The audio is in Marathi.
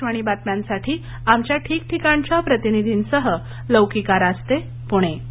आकाशवाणी बातम्यांसाठी आमच्या ठीकठिकाणच्या प्रतिनिधींसह लौकिका रास्ते पुणे